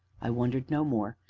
i wondered no more,